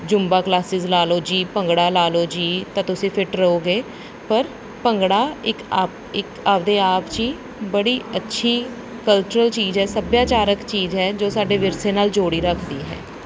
Zumba classes ਲਾ ਲਓ ਜੀ ਭੰਗੜਾ ਲਾ ਲਓ ਜੀ ਤਾਂ ਤੁਸੀਂ ਫਿੱਟ ਰਹੋਗੇ ਪਰ ਭੰਗੜਾ ਇੱਕ ਆਪ ਇੱਕ ਆਪਦੇ ਆਪ 'ਚ ਹੀ ਬੜੀ ਅੱਛੀ ਕਲਚਰਲ ਚੀਜ਼ ਹੈ ਸੱਭਿਆਚਾਰਕ ਚੀਜ਼ ਹੈ ਜੋ ਸਾਡੇ ਵਿਰਸੇ ਨਾਲ ਜੋੜੀ ਰੱਖਦੀ ਹੈ